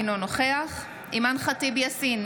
אינו נוכח אימאן ח'טיב יאסין,